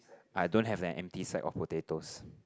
I don't have an empty side of potatoes